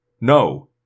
No